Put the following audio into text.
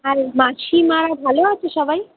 আর মাসিমা ভালো আছে সবাই